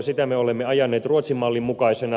sitä me olemme ajaneet ruotsin mallin mukaisena